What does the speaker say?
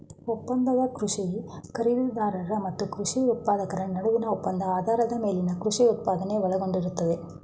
ಒಪ್ಪಂದದ ಕೃಷಿ ಖರೀದಿದಾರ ಮತ್ತು ಕೃಷಿ ಉತ್ಪಾದಕರ ನಡುವಿನ ಒಪ್ಪಂದ ಆಧಾರದ ಮೇಲೆ ಕೃಷಿ ಉತ್ಪಾದನೆ ಒಳಗೊಂಡಿರ್ತದೆ